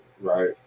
Right